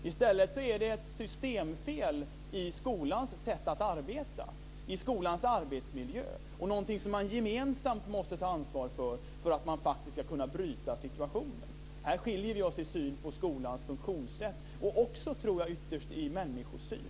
I stället är det ett systemfel i skolans sätt att arbeta, i skolans arbetsmiljö, och någonting som man gemensamt måste ta ansvar för, för att man faktiskt ska kunna ändra situationen. Här skiljer vi oss åt i synen på skolans funktionssätt och ytterst tror jag också i människosyn.